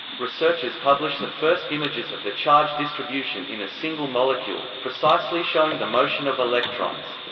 researchers publish the first images of the charge distribution in a single molecule, precisely showing the motion of electrons.